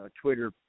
Twitter